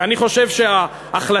ואני חושב שההחלטה,